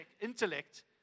intellect